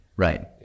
Right